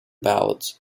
ballads